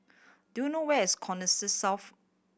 do you know where's Connexis South